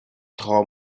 tro